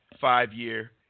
five-year